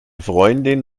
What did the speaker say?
freundin